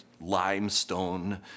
limestone